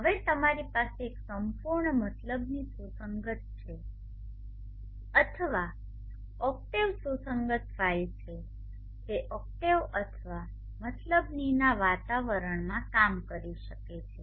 હવે તમારી પાસે એક સંપૂર્ણ MATLABની સુસંગત છે અથવા ઓક્ટેવ સુસંગત ફાઇલ છે જે ઓક્ટેવ અથવા MATLABનીના વાતાવરણમાં કામ કરી શકે છે